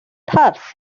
puffs